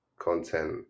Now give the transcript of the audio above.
content